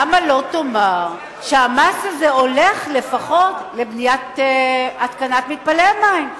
למה לא תאמר שהמס הזה הולך לפחות לבניית מתקנים להתפלת מים?